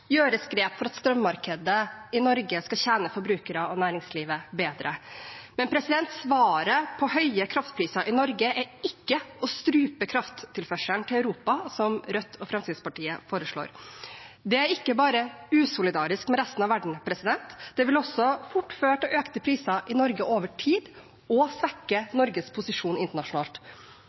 gjøres grep for at strømmarkedet i Norge skal tjene forbrukere og næringsliv bedre. Men svaret på høye kraftpriser i Norge er ikke å strupe krafttilførselen til Europa, som Rødt og Fremskrittspartiet foreslår. Det er ikke bare usolidarisk med resten av verden. Det vil også fort føre til økte priser i Norge over tid og svekke Norges posisjon internasjonalt.